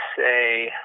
say